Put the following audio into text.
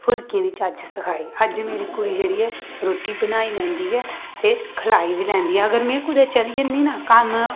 फुलके दी चज्ज सखाई अज्ज मेरी कुड़ी जेह्ड़ी ऐ रुटी बनाई लैंदी ऐ ते खलाई बी लैंदी ऐ अगर में कुतै चली जन्नी आं कम्म